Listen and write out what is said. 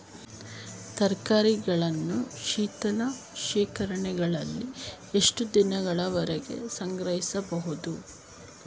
ತರಕಾರಿಗಳನ್ನು ಶೀತಲ ಶೇಖರಣೆಗಳಲ್ಲಿ ಎಷ್ಟು ದಿನಗಳವರೆಗೆ ಸಂಗ್ರಹಿಸಬಹುದು?